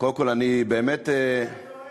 אני נואם